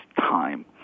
time